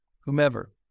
whomever